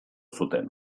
zuten